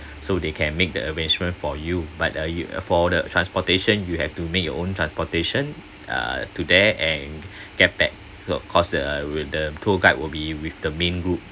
so they can make the arrangement for you but uh you for the transportation you have to make your own transportation uh to there and get back of course the with the tour guide will be with the main group